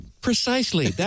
Precisely